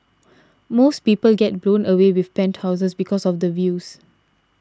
most people get blown away with penthouses because of the views